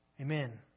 Amen